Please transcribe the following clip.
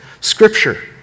Scripture